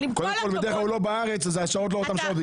אבל עם כל הכבוד --- הוא בדרך כלל לא בארץ אז השעות הן לא אותן שעות.